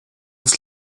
ist